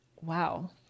wow